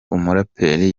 muraperi